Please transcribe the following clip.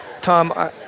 Tom